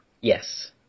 Yes